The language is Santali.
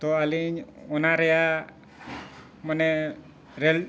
ᱛᱚ ᱟᱹᱞᱤᱧ ᱚᱱᱟ ᱨᱮᱭᱟᱜ ᱢᱟᱱᱮ ᱨᱮᱹᱞ